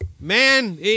man